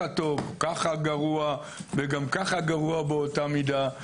ככה גרוע וגם ככה גרוע באותה מידה.